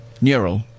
Neural